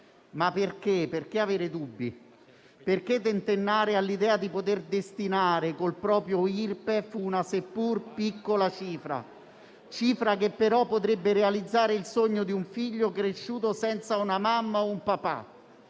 Ma perché avere dubbi? Perché tentennare all'idea di poter destinare, col proprio Irpef, una cifra piccola, che però potrebbe realizzare il sogno di un figlio cresciuto senza una mamma o un papà?